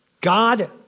God